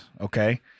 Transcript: Okay